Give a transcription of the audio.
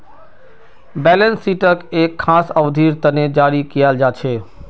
balance शीटक एक खास अवधिर तने जारी कियाल जा छे